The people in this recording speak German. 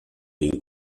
den